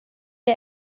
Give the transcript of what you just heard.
der